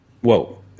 Whoa